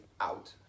out